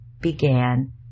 began